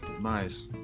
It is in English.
Nice